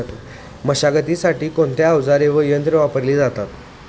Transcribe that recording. मशागतीसाठी कोणते अवजारे व यंत्र वापरले जातात?